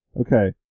Okay